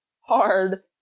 hard